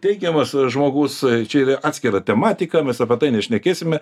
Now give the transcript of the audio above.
teigiamas žmogus čia yra atskira tematika mes apie tai nešnekėsime